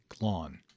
lawn